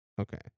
Okay